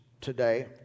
today